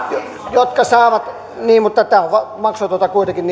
jotka saavat tätä niin mutta tämä on kuitenkin